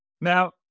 Now